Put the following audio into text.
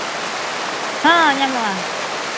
ᱦᱮᱸ ᱧᱟᱢᱚᱜᱼᱟ